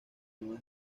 nueva